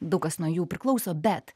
daug kas nuo jų priklauso bet